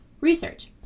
Research